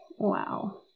Wow